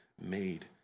made